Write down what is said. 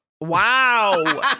Wow